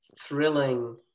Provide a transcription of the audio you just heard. thrilling